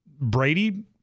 Brady